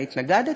אני התנגדתי,